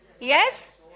Yes